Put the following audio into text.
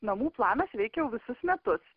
namų planas veikia jau visus metus